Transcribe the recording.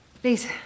Please